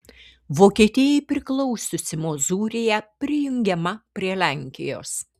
vokietijai priklausiusi mozūrija prijungiama prie lenkijos